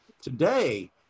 Today